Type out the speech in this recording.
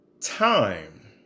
time